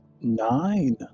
Nine